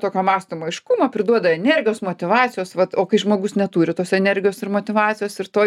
tokio mąstymo aiškumo priduoda energijos motyvacijos vat o kai žmogus neturi tos energijos ir motyvacijos ir to